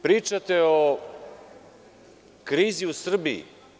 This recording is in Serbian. Pričate o krizi u Srbiji.